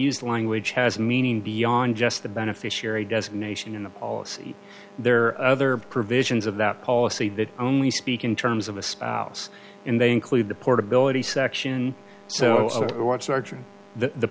used language has meaning beyond just the beneficiary designation in the policy there are other provisions of that policy that only baek in terms of a spouse and they include the portability section so